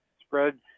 spread